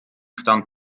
stand